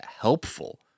helpful